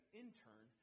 intern